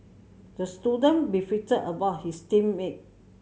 the student beefed about his team mate